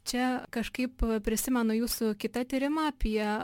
čia kažkaip prisimenu jūsų kitą tyrimą apie